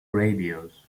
radios